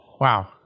Wow